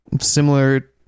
Similar